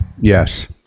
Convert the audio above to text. Yes